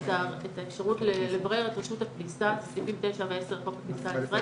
את האפשרות לברר את רשות הכניסה בסעיפים 9 ו- 10 לחוק הכניסה לישראל,